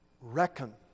reckon